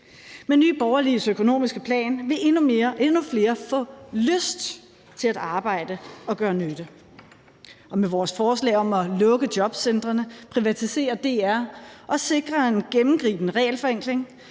Med Nye Borgerliges økonomiske plan vil endnu flere få lyst til at arbejde og gøre nytte, og med vores forslag om at lukke jobcentrene, privatisere DR og sikre en gennemgribende regelforenkling